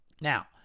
Now